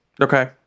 Okay